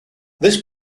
this